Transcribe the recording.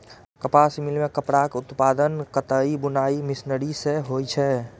कपास मिल मे कपड़ाक उत्पादन कताइ बुनाइ मशीनरी सं होइ छै